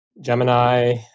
Gemini